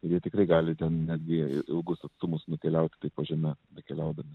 ir jie tikrai gali ten netgi ilgus atstumus nukeliauti taip po žeme bekeliaudami